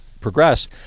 progress